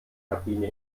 kabine